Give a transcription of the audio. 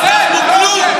לא השגתם כלום.